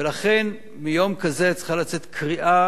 ולכן, מיום כזה צריכה לצאת קריאה